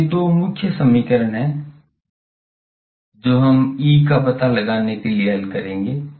अब ये दो मुख्य समीकरण हैं जो हम E का पता लगाने के लिए हल करेंगे